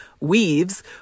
weaves